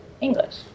English